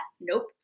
Nope